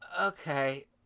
Okay